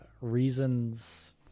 reasons